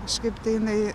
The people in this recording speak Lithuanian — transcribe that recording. kažkaip tai jinai